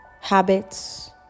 habits